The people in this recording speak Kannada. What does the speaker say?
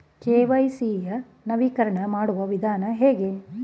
ಕೆ.ವೈ.ಸಿ ಯ ನವೀಕರಣ ಮಾಡುವ ವಿಧಾನ ಹೇಗೆ?